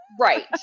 Right